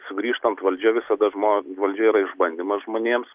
sugrįžtant valdžia visada žmo valdžia yra išbandymas žmonėms